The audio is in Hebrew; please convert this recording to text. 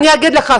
אני אגיד לך,